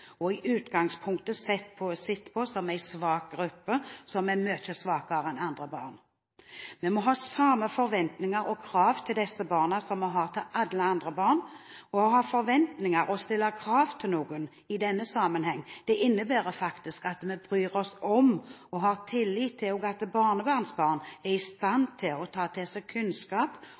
og i utgangspunktet sett på som en svak gruppe som er mye svakere enn andre barn. Vi må ha samme forventninger og krav til disse barna som vi har til alle andre barn. Å ha forventninger og å stille krav til noen i denne sammenheng innebærer faktisk at vi bryr oss om og har tillit til at også barnevernsbarn er i stand til å ta til seg kunnskap